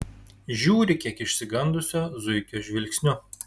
žiūri kiek išsigandusio zuikio žvilgsniu